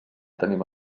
tenim